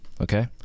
Okay